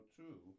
two